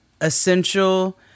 essential